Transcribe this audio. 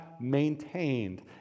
maintained